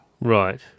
Right